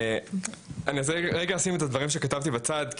אני רוצה לרגע לשים את הדברים שכתבתי בצד,